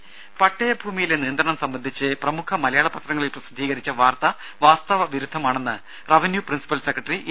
രും പട്ടയഭൂമിയിലെ നിയന്ത്രണം സംബന്ധിച്ച് പ്രമുഖ മലയാള പത്രങ്ങളിൽ പ്രസിദ്ധീകരിച്ച വാർത്ത വാസ്തവ വിരുദ്ധമാണെന്ന് റവന്യു പ്രിൻസിപ്പൽ സെക്രട്ടറി എ